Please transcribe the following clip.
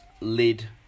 lid